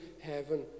heaven